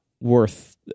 worth